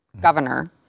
Governor